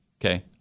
Okay